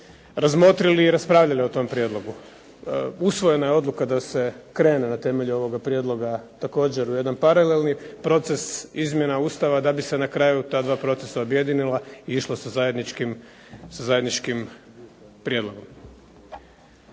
razmotrili i raspravili o tom prijedlogu. Usvojena je odluka da se krene na temelju ovoga prijedloga također u jedan paralelni proces izmjena Ustava, da bi se na kraju ta dva procesa objedinila i išla sa zajedničkim prijedlogom.